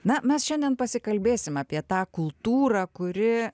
na mes šiandien pasikalbėsim apie tą kultūrą kuri